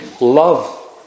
love